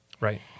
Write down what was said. Right